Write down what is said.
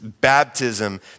baptism